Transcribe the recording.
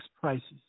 prices